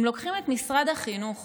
אם לוקחים את משרד החינוך